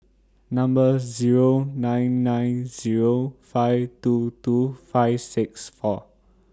Number Zero nine nine Zero five two two five six four